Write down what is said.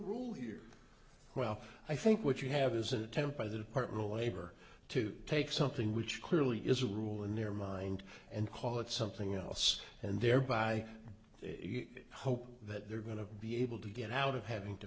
rule here well i think what you have is an attempt by the department of labor to take something which clearly is a rule in their mind and call it something else and thereby it hope that they're going to be able to get out of having to